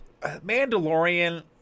Mandalorian